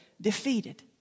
defeated